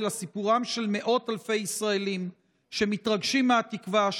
אלא סיפורם של מאות אלפי ישראלים שמתרגשים מהתקווה,